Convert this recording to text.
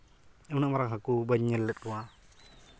ᱩᱱᱟᱹᱜ ᱢᱟᱨᱟᱝ ᱦᱟᱹᱠᱩ ᱵᱟᱹᱧ ᱧᱮᱞ ᱞᱮᱫ ᱠᱚᱣᱟ